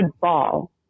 ball